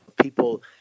people